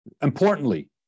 Importantly